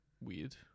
weird